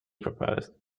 proposed